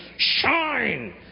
shine